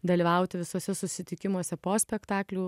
dalyvauti visuose susitikimuose po spektaklių